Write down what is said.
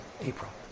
April